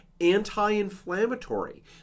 anti-inflammatory